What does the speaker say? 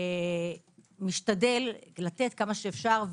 ומשתדל לתת כמה שאפשר.